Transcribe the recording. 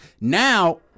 Now